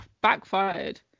backfired